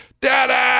Dada